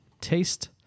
taste